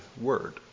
word